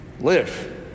Live